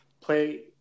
play